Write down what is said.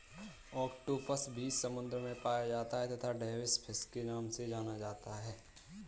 octopus भी समुद्र में पाया जाता है तथा डेविस फिश के नाम से जाना जाता है